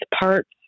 parts